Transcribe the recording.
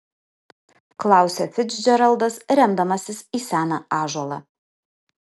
klausia ficdžeraldas remdamasis į seną ąžuolą